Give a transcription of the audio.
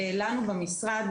לנו במשרד,